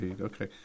Okay